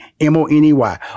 M-O-N-E-Y